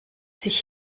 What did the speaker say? sich